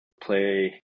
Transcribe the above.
play